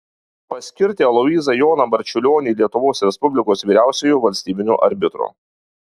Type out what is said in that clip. paskirti aloyzą joną marčiulionį lietuvos respublikos vyriausiuoju valstybiniu arbitru